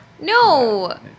No